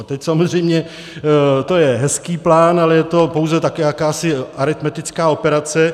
A teď samozřejmě to je hezký plán, ale je to pouze také jakási aritmetická operace.